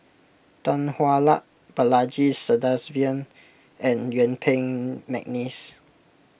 Tan Hwa Luck Balaji Sadasivan and Yuen Peng McNeice